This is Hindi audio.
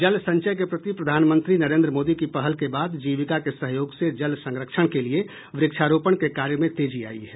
जल संचय के प्रति प्रधानमंत्री नरेन्द्र मोदी की पहल के बाद जीविका के सहयोग से जल संरक्षण के लिए व्रक्षारोपण के कार्य में तेजी आयी है